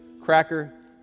cracker